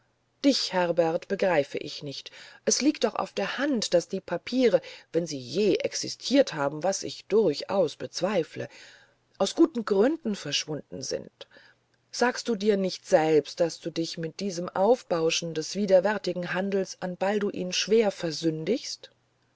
dich herbert begreife ich nicht es liegt doch auf der hand daß die papiere wenn sie je existiert haben was ich durchaus bezweifle aus guten gründen verschwunden sind sagst du dir nicht selbst daß du dich mit diesem aufbauschen des widerwärtigen handels an balduin schwer versündigst